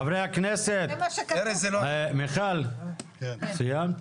חברי הכנסת, מיכל סיימת?